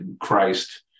Christ